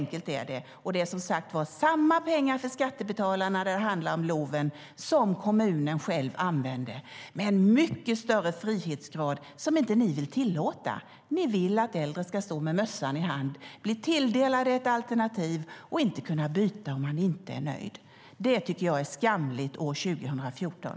När det handlar om LOV är det som sagt samma pengar för skattebetalarna som kommunen själv använder men en mycket större frihetsgrad. Det vill ni inte tillåta. Ni vill att äldre ska stå med mössan i hand, bli tilldelade ett alternativ och inte kunna byta om de inte är nöjda. Det tycker jag är skamligt år 2014.